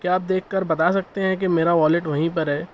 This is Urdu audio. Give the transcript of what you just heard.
کیا آپ دیکھ کر بتا سکتے ہیں کہ میرا والیٹ وہیں پر ہے